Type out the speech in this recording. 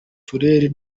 turere